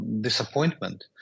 disappointment